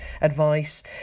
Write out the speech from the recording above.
advice